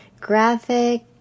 graphic